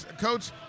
Coach